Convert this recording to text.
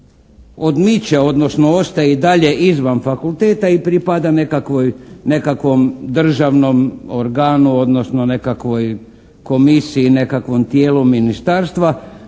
odmiče, odnosno ostaje i dalje izvan fakulteta i pripada nekakvom državnom organu, odnosno nekakvoj komisiji, nekakvom tijelu ministarstva